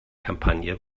kampagne